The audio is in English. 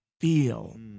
feel